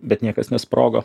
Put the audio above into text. bet niekas nesprogo